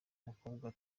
mukobwa